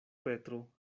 petro